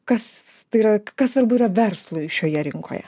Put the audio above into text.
kas tai yra kas svarbu yra verslui šioje rinkoje